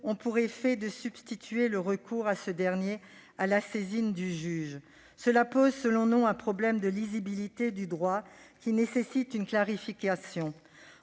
ont pour effet de substituer au recours à ce dernier la saisine du juge. Cela pose selon nous un problème de lisibilité du droit, qui nécessite une clarification.